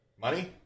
Money